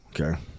Okay